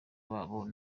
babo